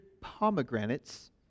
pomegranates